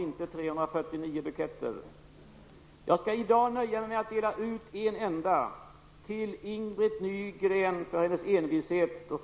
Ove Karlsson är inte en person som framhåller sina insatser, vill inte glänsa på andras bekostnad.